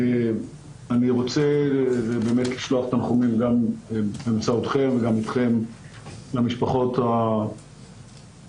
אני רוצה באמת לשלוח תנחומים גם באמצעותכם וגם אתכם למשפחות השכולות.